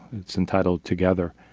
it's entitled together,